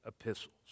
epistles